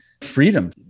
freedom